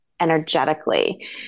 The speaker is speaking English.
energetically